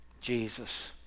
Jesus